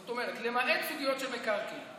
זאת אומרת, למעט סוגיות של מקרקעין.